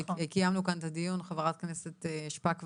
שקיימנו פה את הדיון חברת הכנסת נירה שפק ואני,